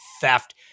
Theft